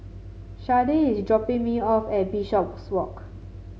Shardae is dropping me off at Bishopswalk